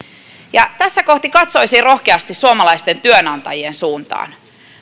ja tässä kohti katsoisin rohkeasti suomalaisten työnantajien suuntaan